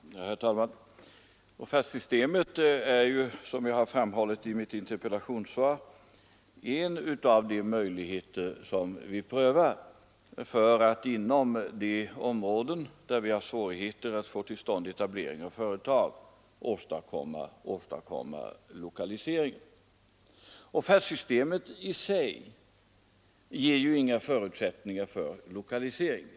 Herr talman! Offertsystemet är ju, som jag har framhållit i mitt interpellationssvar, en av de möjligheter som vi prövar för att åstadkomma lokalisering till de områden där vi har svårigheter att få till stånd etablering av företag. Offertsystemet i sig ger inga förutsättningar för lokalisering.